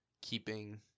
keeping